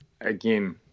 Again